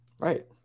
Right